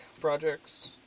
projects